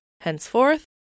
Henceforth